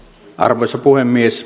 arvoisa puhemies